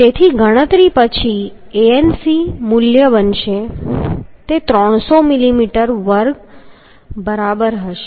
તેથી ગણતરી પછી Anc મૂલ્ય બનશે તે 300 મિલીમીટર વર્ગ બરાબર હશે